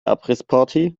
abrissparty